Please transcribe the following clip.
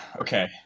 Okay